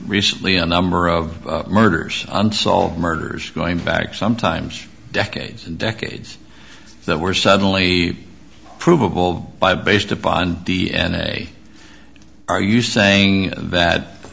recently a number of murders unsolved murders going back sometimes decades and decades that were suddenly provable by based upon d n a are you saying that